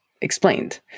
explained